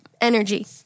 energy